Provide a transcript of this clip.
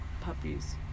puppies